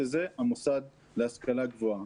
וזה המוסד להשכלה גבוהה.